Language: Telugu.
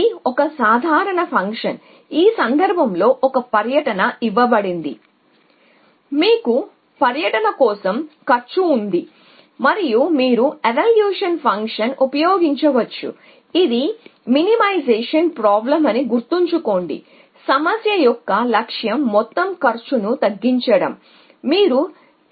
ఇది ఒక సాధారణ ఫంక్షన్ ఈ సందర్భంలో ఒక టూర్ ఇచ్చినట్లయితే మీరు కాస్ట్ కు రావచ్చు మీరు ఎవాల్యుయేషన్ ఫంక్షన్ను ఉపయోగించవచ్చు ఇది మినిమైజేషన్ ప్రాబ్లెమ్ అని గుర్తుంచుకోండి మీరు మొత్తం కాస్ట్ ను తగ్గించాలనుకుంటున్నారు